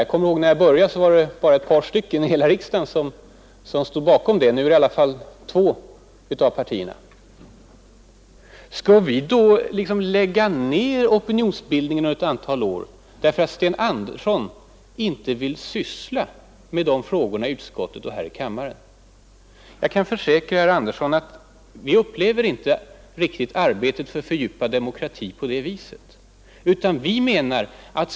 När jag började motionera om det var det bara ett par ledamöter i hela riksdagen som stod bakom det kravet. Nu är det minst två av partierna som gör det. Skall vi lägga ner opinionsbildningen under ett antal år därför att Sten Andersson inte vill syssla med de frågorna i utskottet och här i kammaren? Jag kan försäkra herr Andersson att vi inte uppfattar arbetet på fördjupad demokrati riktigt på det viset.